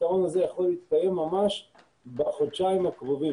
הפתרון הזה יכול להתקיים ממש בחודשיים הקרובים.